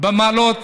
במעלות,